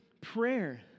prayer